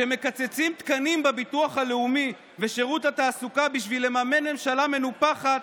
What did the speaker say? כשמקצצים תקנים בביטוח הלאומי ושירות התעסוקה בשביל לממן ממשלה מנופחת,